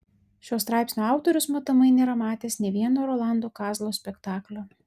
šio straipsnio autorius matomai nėra matęs nė vieno rolando kazlo spektaklio